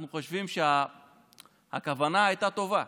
אנחנו חושבים שהכוונה הייתה טובה,